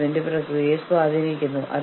ഇത് വളരെ അപകടകരമായ സ്ഥലമാണ്